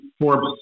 Forbes